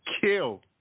kill